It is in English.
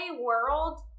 world